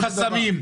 כל מיני חסמים.